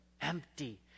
empty